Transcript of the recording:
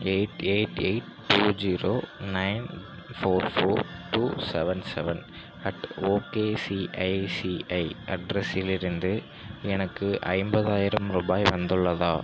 eight eight eight two zero nine four four two seven seven at okay ICICI அட்ரஸிலிருந்து எனக்கு ஐம்பதாயிரம் ரூபாய் வந்துள்ளதா